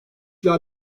ila